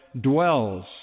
dwells